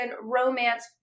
romance